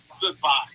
goodbye